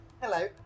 Hello